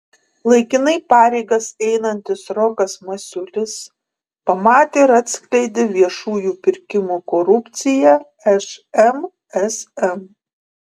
laikinai pareigas einantis rokas masiulis pamatė ir atskleidė viešųjų pirkimų korupciją šmsm